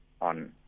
on